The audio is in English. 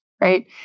Right